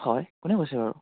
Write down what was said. হয় কোনে কৈছে বাৰু